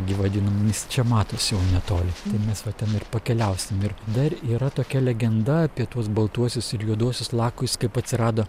gi vadinamomis čia matosi jau netoli tai mes va ten ir pakeliausim ir dar yra tokia legenda apie tuos baltuosius ir juoduosius lakujus kaip atsirado